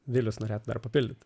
vilnius norėtų dar papildyti